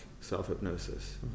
self-hypnosis